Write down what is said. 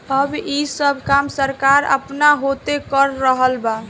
अब ई सब काम सरकार आपना होती कर रहल बा